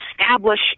establish